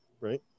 Right